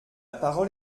parole